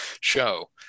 show